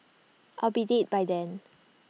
I'll be dead by then